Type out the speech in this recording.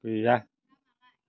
गैया